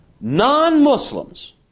non-Muslims